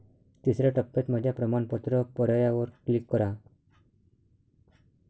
तिसर्या टप्प्यात माझ्या प्रमाणपत्र पर्यायावर क्लिक करा